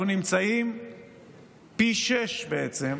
אנחנו נמצאים פי שישה מאחור,